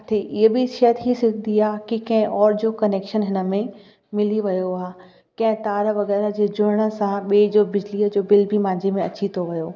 किथे इहा बि शइ थी सघंदी आहे की कंहिं औरि जो कनैक्शन हिन में मिली वियो आहे कंहिं तार वग़ैरह जे जुड़ण सां ॿिए जो बिजलीअ जो बिल बि मुंहिंजी में अची थो वियो